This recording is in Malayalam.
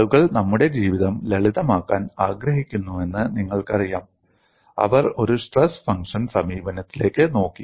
ആളുകൾ നമ്മുടെ ജീവിതം ലളിതമാക്കാൻ ആഗ്രഹിക്കുന്നുവെന്ന് നിങ്ങൾക്കറിയാം അവർ ഒരു സ്ട്രെസ് ഫംഗ്ഷൻ സമീപനത്തിലേക്ക് നോക്കി